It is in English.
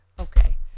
okay